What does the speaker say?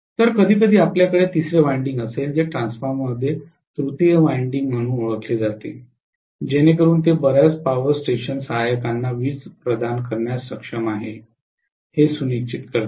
तर कधीकधी आपल्याकडे तिसरे वायंडिंग असेल जे ट्रान्सफॉर्मरमध्ये तृतीय वायंडिंग म्हणून ओळखले जाते जेणेकरून ते बर्याच पॉवर स्टेशन सहायकांना वीज प्रदान करण्यास सक्षम आहे हे सुनिश्चित करते